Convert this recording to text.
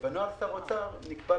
בנוהל שר אוצר נקבע,